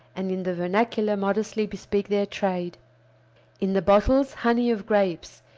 and in the vernacular modestly bespeak their trade in the bottles honey of grapes,